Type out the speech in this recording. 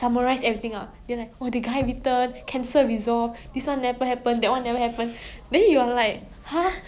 eh what what did I just watch